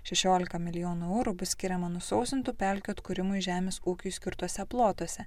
šešiolika milijonų eurų bus skiriama nusausintų pelkių atkūrimui žemės ūkiui skirtuose plotuose